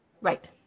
Right